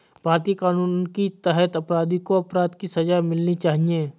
भारतीय कानून के तहत अपराधी को अपराध की सजा मिलनी चाहिए